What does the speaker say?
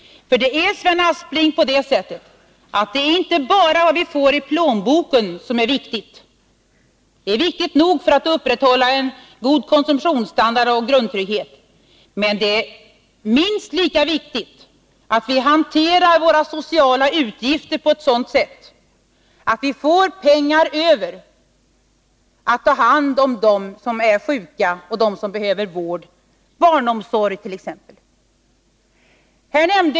Det är nämligen inte bara vad vi får i plånboken som är viktigt, Sven Aspling, även om det är viktigt nog för att vi skall kunna upprätthålla en god konsumtionsstandard och grundtrygghet. Minst lika viktigt är emellertid att vi hanterar våra sociala utgifter på ett sådant sätt att vi får pengar över för att ta hand om dem som är sjuka och dem som behöver vård och likaså för t.ex. barnomsorgen.